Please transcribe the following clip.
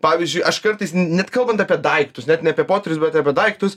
pavyzdžiui aš kartais net kalbant apie daiktus net ne apie potyrius bet apie daiktus